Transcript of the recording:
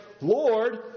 Lord